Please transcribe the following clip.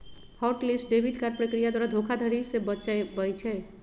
hot list debit card प्रक्रिया द्वारा धोखाधड़ी से बचबइ छै